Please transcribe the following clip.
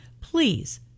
please